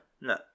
no